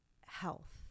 health